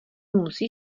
musí